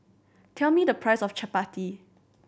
tell me the price of chappati